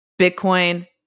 Bitcoin